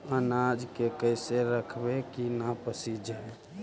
अनाज के कैसे रखबै कि न पसिजै?